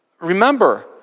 remember